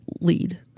lead